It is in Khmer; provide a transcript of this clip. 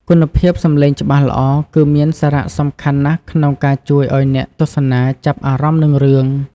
គុណភាពសំឡេងច្បាស់ល្អ គឺមានសារៈសំខាន់ណាស់ក្នុងការជួយឲ្យអ្នកទស្សនាចាប់អារម្មណ៍នឹងរឿង។